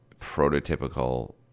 prototypical